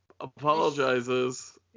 apologizes